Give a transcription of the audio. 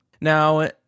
Now